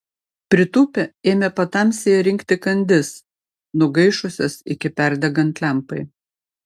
pritūpę ėmė patamsyje rinkti kandis nugaišusias iki perdegant lempai